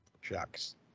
Shucks